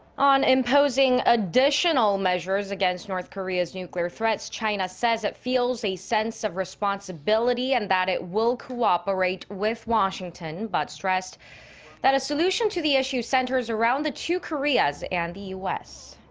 on imposing additional measures against north korea's nuclear threats. china says it feels a sense of responsibility and that it will cooperate with washington. but stressed that a solution to the issue centers around the two koreas and the u s.